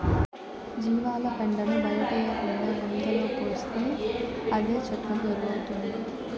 జీవాల పెండను బయటేయకుండా గుంతలో పోస్తే అదే చెట్లకు ఎరువౌతాది